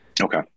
Okay